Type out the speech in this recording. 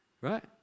Right